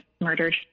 murdered